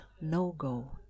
no-go